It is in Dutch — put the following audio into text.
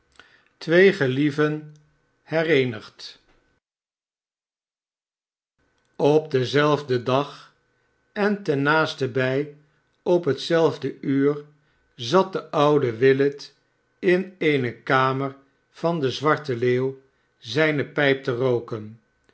twee gelieven hereenigd op denzelfden dag en ten naastenbij op hetzelfde uur zat de oude willet in eene kamer van de zwarte leeuw zijne pijp terooken